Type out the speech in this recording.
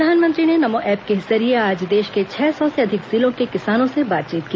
प्रधानमंत्री ने नमो ऐप के जरिये आज देश के छह सौ से अधिक जिलों के किसानों से बातचीत की